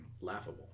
laughable